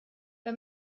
bei